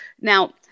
Now